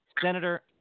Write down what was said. Senator